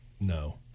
No